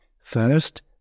First